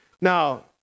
Now